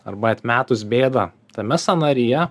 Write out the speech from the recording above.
arba atmetus bėdą tame sąnaryje